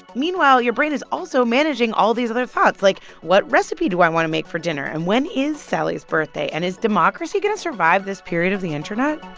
meanwhile, your brain is also managing all these other thoughts, like, what recipe do i want to make for dinner? and when is sally's birthday? and is democracy going to survive this period of the internet?